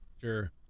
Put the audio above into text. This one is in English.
Sure